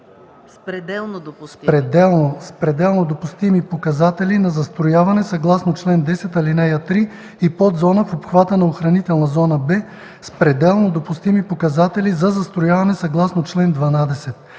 с пределно допустими показатели на застрояване съгласно чл. 10, ал. 3 и подзона в обхвата на охранителна зона „Б” с пределно допустими показатели за застрояване съгласно чл. 12.